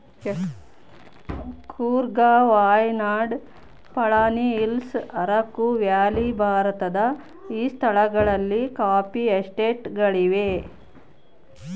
Coorg Wayanad Palani Hills Araku Valley ಭಾರತದ ಈ ಸ್ಥಳಗಳಲ್ಲಿ ಕಾಫಿ ಎಸ್ಟೇಟ್ ಗಳಿವೆ